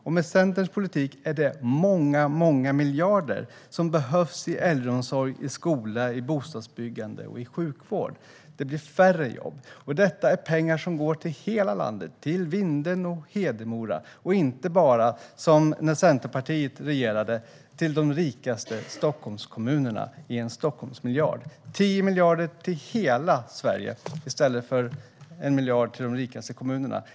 Och med Centerns politik handlar det om många miljarder som behövs till äldreomsorg, skola, bostadsbyggande och sjukvård. Det blir färre jobb. Detta är pengar som går till hela landet, till Vindeln och Hedemora, och inte bara - som när Centerpartiet regerade - till de rikaste Stockholmskommunerna genom en Stockholmsmiljard. Det handlar om 10 miljarder till hela Sverige i stället för 1 miljard till de rikaste kommunerna.